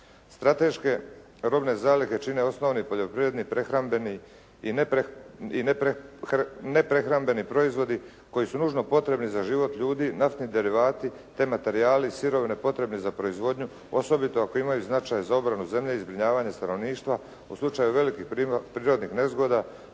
Strateške robne zalihe čine osnovni poljoprivredni, prehrambeni i neprehrambeni proizvodi koji su nužno potrebni za život ljudi, naftni derivati te materijali i sirovine potrebni za proizvodnji osobito ako imaju značaj za obranu zemlje i zbrinjavanje stanovništva u slučaju velikih prirodnih nezgoda,